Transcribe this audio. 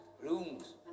rooms